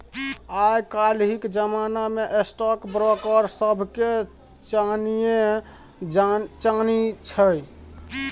आय काल्हिक जमाना मे स्टॉक ब्रोकर सभके चानिये चानी छै